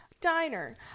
diner